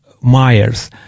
Myers